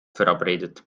verabredet